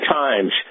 times